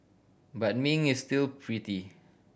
but Ming is still pretty